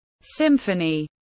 Symphony